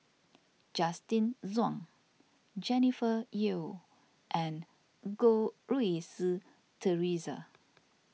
Justin Zhuang Jennifer Yeo and Goh Rui Si theresa